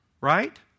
right